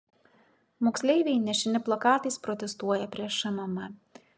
moksleiviai nešini plakatais protestuoja prie šmm